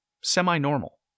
semi-normal